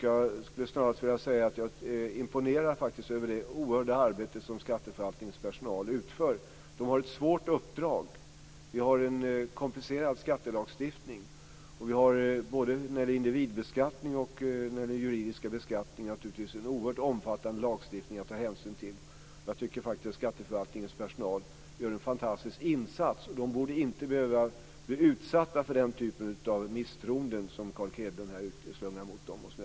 Jag skulle snarast vilja säga att jag är imponerad över det oerhörda arbete som skatteförvaltningens personal utför. De har ett svårt uppdrag. Vi har en komplicerad skattelagstiftning. Vi har när det gäller både individbeskattning och juridisk beskattning en oerhört omfattande lagstiftning att ta hänsyn till. Jag tycker faktiskt att skatteförvaltningens personal gör en fantastisk insats. De borde inte behöva bli utsatta för den typ av misstroende som Carl Erik Hedlund här utslungar mot dem.